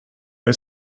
dig